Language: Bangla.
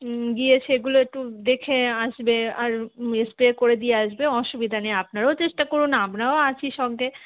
গিয়ে সেগুলো একটু দেখে আসবে আর স্প্রে করে দিয়ে আসবে অসুবিধা নেই আপনারাও চেষ্টা করুন না আপরাারও আছি সঙ্গে